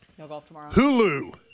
hulu